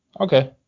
Okay